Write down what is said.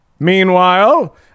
Meanwhile